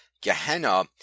Gehenna